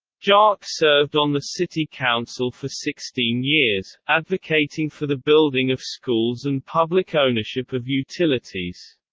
yeah ah haack served on the city council for sixteen years, advocating for the building of schools and public ownership of utilities.